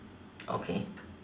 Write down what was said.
okay